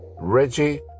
Reggie